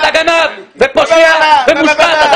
אתה גנב, פושע ומושחת.